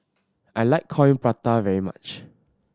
I like Coin Prata very much